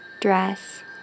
dress